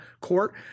court